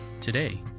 Today